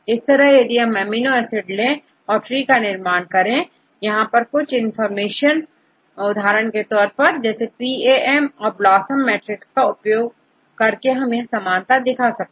इस तरह यदि हम अमीनो एसिड ले और ट्री का निर्माण करें यहां पर कुछ इंफॉर्मेशन उदाहरण के तौर पर PAM याBLOSUM मैट्रिक्स का उपयोग कर समानता देखी जाए